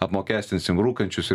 apmokestinsim rūkančius